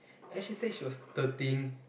and she said she was thirteen